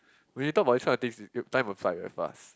when you talk about this kind of things you you time will fly very fast